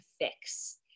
fix